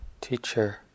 teacher